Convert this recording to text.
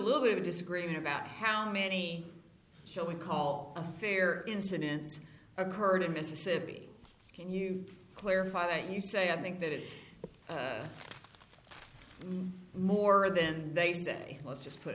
little bit of disagreement about how many shall we call a fair incidents occurred in mississippi can you clarify that you say i think that it's more than they say let's just put